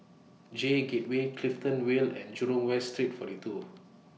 J Gateway Clifton Vale and Jurong West Street forty two